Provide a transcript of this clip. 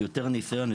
יותר ניסיון,